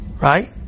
right